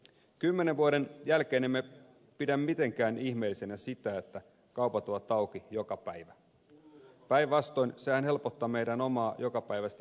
kymmenen vuoden jälkeen emme pidä mitenkään ihmeellisenä sitä että kaupat ovat auki joka päivä päinvastoin sehän helpottaa meidän omaa jokapäiväistä elämäämme